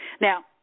Now